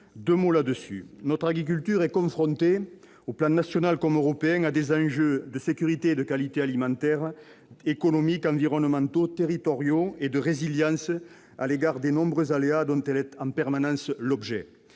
l'un des rapporteurs. Notre agriculture est confrontée, à l'échelon national comme européen, à des défis de sécurité et de qualité alimentaire, des défis économiques, environnementaux, territoriaux et de résilience à l'égard des nombreux aléas dont elle est en permanence l'objet.